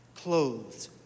Clothed